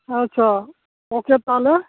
ᱟᱪᱪᱷᱟ ᱟᱪᱪᱷᱟ ᱛᱟᱦᱚᱞᱮ